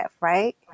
right